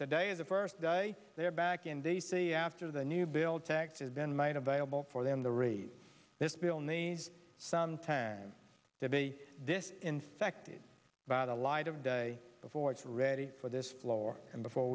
that day the first day they are back in d c after the new bill to act has been made available for them to read this bill needs some time to be this infected by the light of day before it's ready for this floor and before